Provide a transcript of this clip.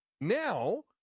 Now